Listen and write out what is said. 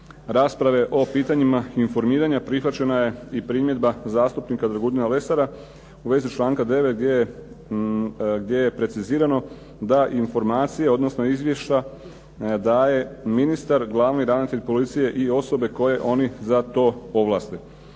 rasprave o pitanjima informiranja prihvaćena je i primjedba zastupnika Dragutina Lesara u vezi članka 9. gdje je precizirano da informacije odnosno izvješća daje ministar, glavni ravnatelj policije i osobe koje oni za to ovlaste.